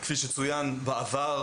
כפי שצוין, בעבר